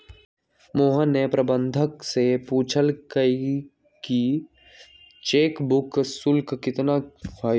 मोहन ने प्रबंधक से पूछल कई कि चेक बुक शुल्क कितना हई?